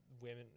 women